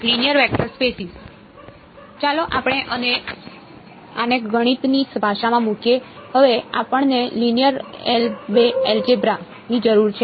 ચાલો આપણે આને ગણિતની ભાષામાં મૂકીએ હવે આપણને લિનિયર એલજેબ્રા ની જરૂર છે